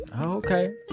Okay